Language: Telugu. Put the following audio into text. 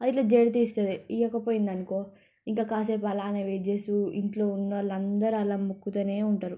అది ఇలా జడితి ఇస్తుంద ఇవ్వకపోయింది అనుకో ఇంకా కాసేపు అలానే వెయిట్ చేస్తూ ఇంట్లో ఉన్నవాళ్ళు అందరూ అలా మొక్కుతూనే ఉంటారు